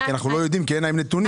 כי אנחנו לא יודעים כי אין להם נתונים,